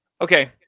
Okay